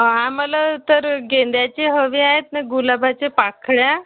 आम्हाला तर गेंड्याची हवी आहेत आणि गुलाबाच्या पाकळ्या